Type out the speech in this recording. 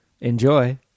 Enjoy